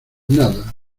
nada